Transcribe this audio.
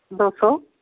दो सौ